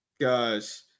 Guys